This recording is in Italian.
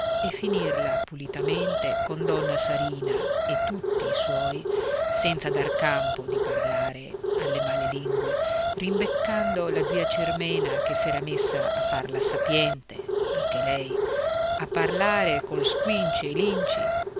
e finirla pulitamente con donna sarina e tutti i suoi senza dar campo di parlare alle male lingue rimbeccando la zia cirmena che s'era messa a far la sapiente anche lei a parlare col squinci e linci